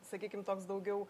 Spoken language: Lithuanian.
sakykim toks daugiau